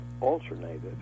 alternated